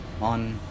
on